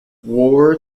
war